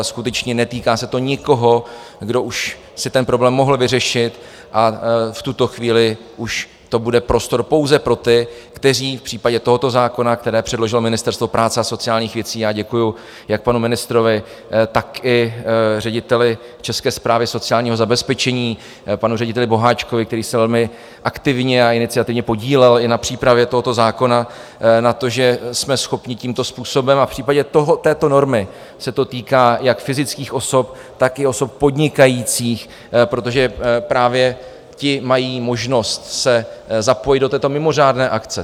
Skutečně, netýká se to nikoho, kdo už si ten problém mohl vyřešit, a v tuto chvíli už to bude prostor pouze pro ty, kteří v případě tohoto zákona, který předložilo Ministerstvo práce a sociálních věcí já děkuju jak panu ministrovi, tak i řediteli České správy sociálního zabezpečení, panu řediteli Boháčkovi, který se velmi aktivně a iniciativně podílel i na přípravě tohoto zákona, na to, že jsme schopni tímto způsobem a v případě této normy se to týká jak fyzických osob, tak i osob podnikajících, protože právě ty mají možnost se zapojit do této mimořádné akce.